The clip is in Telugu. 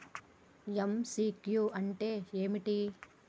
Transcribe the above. ఎమ్.సి.క్యూ అంటే ఏమిటి?